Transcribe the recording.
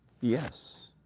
yes